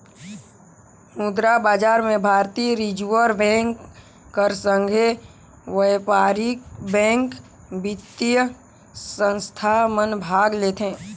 मुद्रा बजार में भारतीय रिजर्व बेंक कर संघे बयपारिक बेंक, बित्तीय संस्था मन भाग लेथें